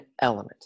element